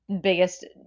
biggest